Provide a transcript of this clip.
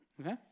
Okay